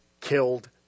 killed